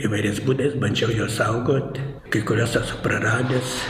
įvairiais būdais bandžiau juos saugot kai kuriuos esu praradęs